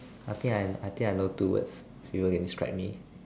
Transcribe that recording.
I think I I think I know two words people can describe me